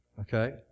Okay